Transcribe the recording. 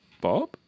Bob